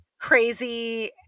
crazy